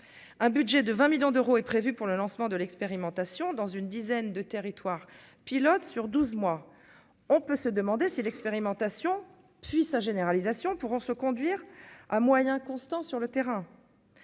un budget de 20 millions d'euros, est prévue pour le lancement de l'expérimentation dans une dizaine de territoires pilotes sur 12 mois, on peut se demander si l'expérimentation puis sa généralisation pourront se conduire à moyens constants sur le terrain,